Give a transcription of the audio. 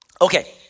Okay